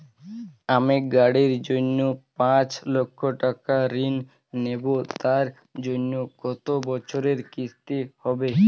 আমি গাড়ির জন্য পাঁচ লক্ষ টাকা ঋণ নেবো তার জন্য কতো বছরের কিস্তি হবে?